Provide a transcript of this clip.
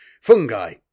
fungi